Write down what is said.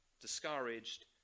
discouraged